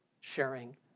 sharing